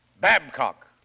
Babcock